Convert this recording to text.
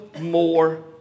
more